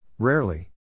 Rarely